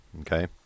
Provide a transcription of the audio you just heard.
okay